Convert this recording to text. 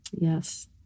Yes